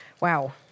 Wow